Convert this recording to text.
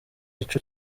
ico